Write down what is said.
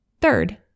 Third